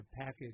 package